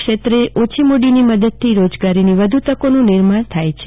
ક્ષેત્રે ઓછી મડીનો મદદથી રોજગારી નિર્માણની વધુ તકોનું નિર્માણ થાય છે